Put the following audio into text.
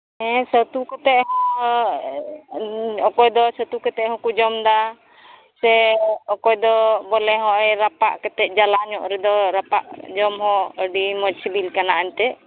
ᱦᱮᱸ ᱪᱷᱟᱹᱛᱩ ᱠᱟᱛᱮᱫ ᱦᱚᱸ ᱚᱠᱚᱭᱫᱚ ᱪᱷᱟᱹᱛᱩ ᱠᱟᱛᱮᱫ ᱦᱚᱸᱠᱚ ᱡᱚᱢ ᱮᱫᱟ ᱥᱮ ᱚᱠᱚᱭᱫᱚ ᱵᱚᱞᱮ ᱦᱚᱸᱜᱼᱚᱭ ᱨᱟᱯᱟᱜ ᱠᱟᱛᱮᱫ ᱡᱟᱞᱟ ᱧᱚᱜ ᱨᱮᱫᱚ ᱨᱟᱯᱟᱜ ᱡᱚᱢ ᱦᱚᱸ ᱟᱹᱰᱤ ᱢᱚᱡᱽ ᱥᱤᱵᱤᱞ ᱠᱟᱱᱟ ᱮᱱᱛᱮᱫ